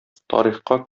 тарихка